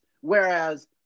Whereas